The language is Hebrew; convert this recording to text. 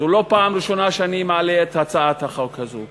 זו לא פעם ראשונה שאני מעלה את הצעת החוק הזו.